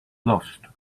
lost